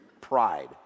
pride